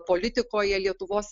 politikoje lietuvos